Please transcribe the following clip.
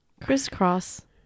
crisscross